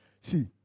See